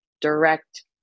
direct